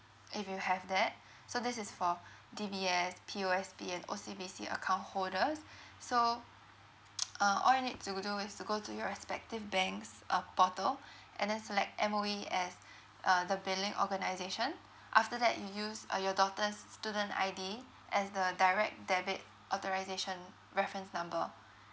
if you have that so this is for D_B_S P_O_S_B and O_C_B_C account holders so uh all you need to do is to go to your respective bank's uh portal and then select M_O_E as uh the billing organisation after that you use uh your daughter's student I_D as the direct debit authorisation reference number